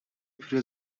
پیره